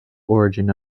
origin